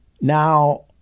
Now